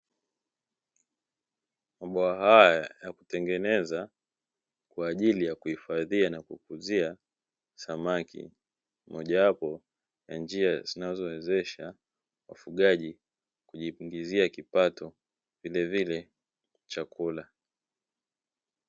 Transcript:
Mabwawa haya ya kutengeneza kwa ajili ya kuhifadhia na kukuzia samaki, mojawapo ya njia zinazowezesha wafugaji kujiingizia kipato vilevile chakula.